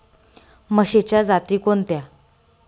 म्हशीच्या जाती कोणत्या?